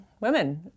women